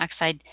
oxide